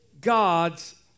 God's